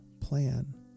plan